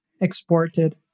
exported